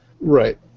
Right